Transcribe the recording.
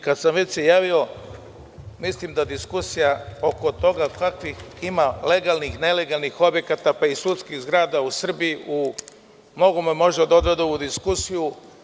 Kad sam se već javio, mislim da diskusija oko toga kakvih ima legalnih i nelegalnih objekata, pa i sudskih zgrada u Srbiji, u mnogome može da odvede ovu diskusiju.